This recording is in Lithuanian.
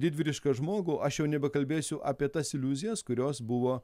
didvyrišką žmogų aš jau nebekalbėsiu apie tas iliuzijas kurios buvo